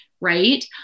right